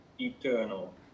Eternal